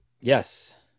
Yes